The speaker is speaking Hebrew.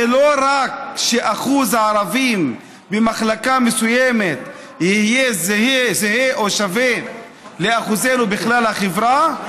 זה לא רק שאחוז הערבים ממחלקה מסוימת זהה או שווה לאחוזנו בכלל החברה,